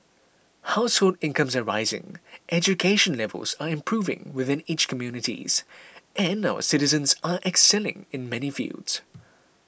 household incomes are rising education levels are improving within each communities and our citizens are excelling in many fields